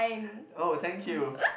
oh thank you